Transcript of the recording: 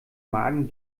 magen